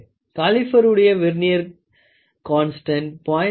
காலிப்பருடைய vernier constant 0